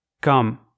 Come